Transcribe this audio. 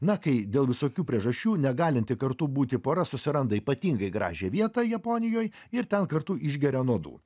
na kai dėl visokių priežasčių negalinti kartu būti pora susiranda ypatingai gražią vietą japonijoj ir ten kartu išgeria nuodų